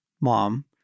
mom